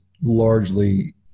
largely